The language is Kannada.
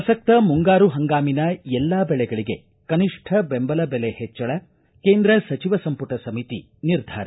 ಪ್ರಸಕ್ತ ಮುಂಗಾರು ಹಂಗಾಮಿನ ಎಲ್ಲಾ ಬೆಳೆಗಳಗೆ ಕನಿಷ್ಠ ಬೆಂಬಲ ಬೆಲೆ ಹೆಚ್ಚಳ ಕೇಂದ್ರ ಸಚಿವ ಸಂಪುಟ ಸಮಿತಿ ನಿರ್ಧಾರ